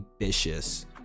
ambitious